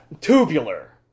Tubular